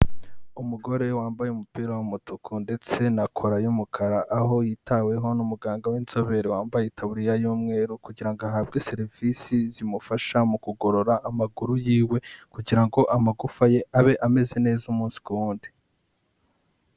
Umugore wambaye umupira w'umutuku ndetse na kora y'umukara, aho yitaweho n'umuganga w'inzobere wambayetaburiya y'umweru, kugirango ahabwe serivisi zimufasha mu kugorora amaguru yiwe, kugira ngo amagufa ye abe ameze neza umunsi ku wundi.